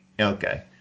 okay